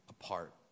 apart